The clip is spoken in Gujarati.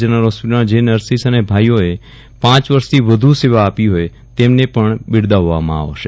જનરલ હોસ્પિટમાં જે નર્સિસ અને ભાઈઓએ પ વર્ષથી વધુ સેવા આપી હોય તેમને પણ બિરદાવવામાં આવશે